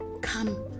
come